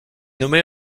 nommée